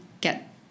get